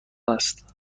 است